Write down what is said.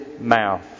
mouth